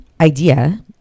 idea